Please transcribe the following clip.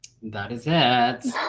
that is it.